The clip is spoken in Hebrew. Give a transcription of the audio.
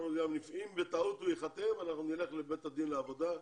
אם בטעות הוא ייחתם אנחנו נלך לבית הדין לעבודה,